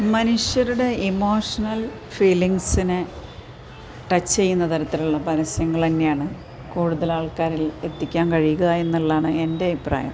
മനുഷ്യരുടെ ഇമോഷണൽ ഫീലിങ്ങ്സിനെ ടച്ച് ചെയ്യുന്ന തരത്തിലുള്ള പരസ്യങ്ങൾ തന്നെയാണ് കൂടുതലും ആൾക്കരിൽ എത്തിക്കാൻ കഴിയുക എന്നുള്ളണ് എൻ്റെ അഭിപ്രായം